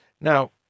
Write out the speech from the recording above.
Now